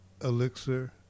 elixir